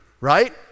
right